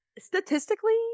statistically